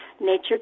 Nature